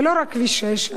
ולא רק כביש 6,